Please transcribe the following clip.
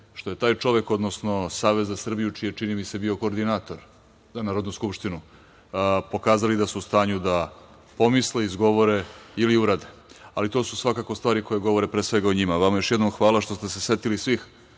što je taj čovek, odnosno Savez za Srbiju, čiji je, čini mi se, bio koordinator za Narodnu skupštinu, pokazao da su u stanju da pomisle, izgovore ili urade. Ali, to su svakako stvari koje govore pre svega o njima. Vama još jednom hvala što ste se setili svih